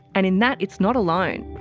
and in that it's not alone.